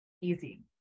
easy